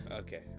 okay